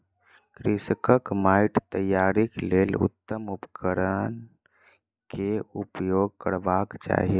कृषकक माइट तैयारीक लेल उत्तम उपकरण केउपयोग करबाक चाही